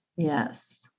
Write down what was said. Yes